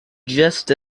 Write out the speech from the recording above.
dressed